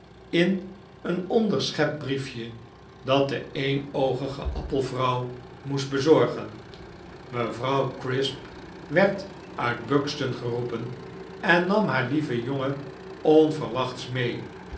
in een onderschept brief je dat de eenoogige appelvrouw moest bezorgen mevrouw crisp werd uit buxton geroepen en nam haar lieven jongen onverwachts mee